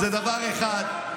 זה דבר אחד,